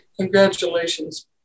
Congratulations